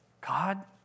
God